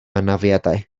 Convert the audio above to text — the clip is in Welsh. anafiadau